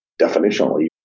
Definitionally